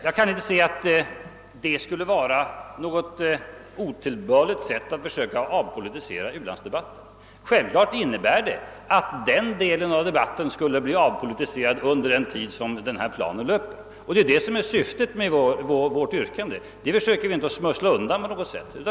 Jag kan inte se att detta vore att försöka avpolitisera u-landsdebatten. Självfallet innebär det att den delen av dehatten som gäller anslagens storlek skulle bli avpolitiserad under den tid planen : löper. Det har vi inte försökt smussla med på något sätt.